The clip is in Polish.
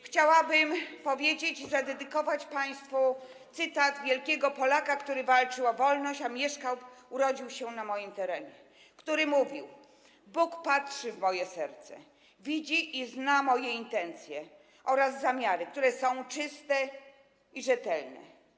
Chciałabym zadedykować państwu słowa wielkiego Polaka, który walczył o wolność, a mieszkał, urodził się na moim terenie, który mówił: „Bóg patrzy w moje serce, widzi i zna moje intencje oraz zamiary, które są czyste i rzetelne.